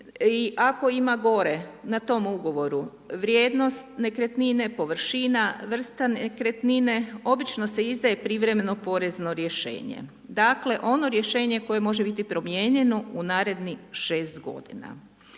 ako ima gore na tom ugovoru vrijednost nekretnine, površina, vrsta nekretnine, obično se izdaje privremeno porezno rješenje. Dakle, ono rješenje koje može biti promijenjeno u narednih 6 godina.